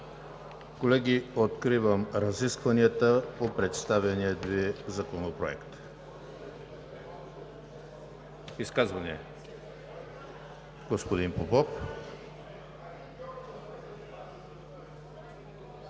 Колеги, откривам разискванията по представения Ви Законопроект. Изказвания? Господин Попов.